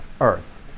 earth